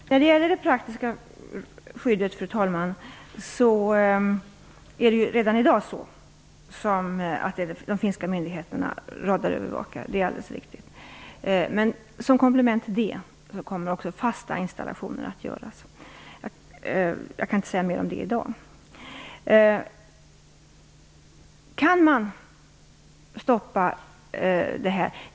Fru talman! När det gäller det praktiska skyddet radarövervakar redan i dag de finska myndigheterna, det är alldeles riktigt. Men som komplement till radarövervakningen kommer också fasta installationer att göras. Jag kan inte säga mer om detta i dag. Kan man stoppa plundrare?